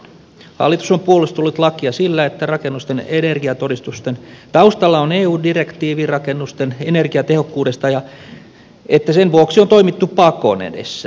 hallitus on puolustellut lakia sillä että rakennusten energiatodistusten taustalla on eu direktiivi rakennusten energiatehokkuudesta ja että sen vuoksi on toimittu pakon edessä